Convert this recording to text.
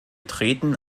treten